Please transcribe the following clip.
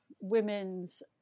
women's